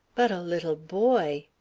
but a little boy.